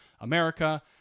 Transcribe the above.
america